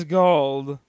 gold